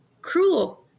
cruel